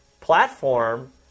platform